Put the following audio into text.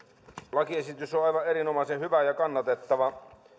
lakiesitys on aivan erinomaisen hyvä ja kannatettava